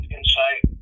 Insight